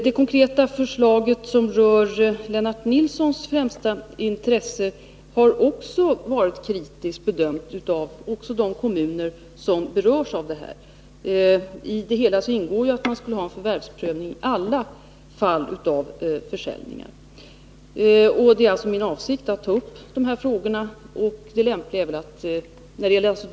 Det konkreta förslag som rör Lennart Nilssons främsta intresse har också bedömts kritiskt, även av de kommuner som berörs av frågan. I det hela ingår att förvärvsprövning skulle vidtas vid alla typer av försäljningar. Det är alltså min avsikt att ta upp den delen av de här frågorna.